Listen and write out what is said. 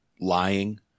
lying